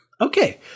Okay